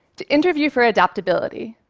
to interview for adaptability,